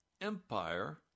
empire